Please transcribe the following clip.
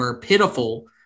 pitiful